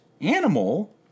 animal